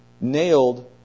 nailed